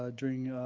ah during,